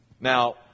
Now